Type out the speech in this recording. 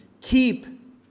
Keep